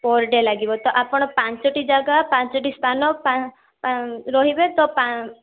per day ଲାଗିବ ତ ଆପଣ ପାଞ୍ଚଟି ଜାଗା ପାଞ୍ଚୋଟି ସ୍ଥାନ ରହିବେ ତ